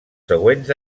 següents